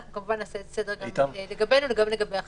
נעשה סדר גם לגבינו וגם לגבי אחרים.